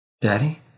Daddy